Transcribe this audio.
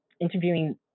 interviewing